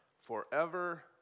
forever